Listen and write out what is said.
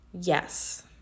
Yes